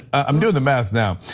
i'm doing the math now.